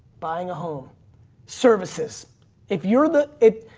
buying a home services if you're the it.